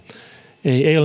ei